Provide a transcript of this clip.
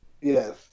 Yes